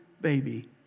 baby